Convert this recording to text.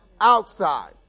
outside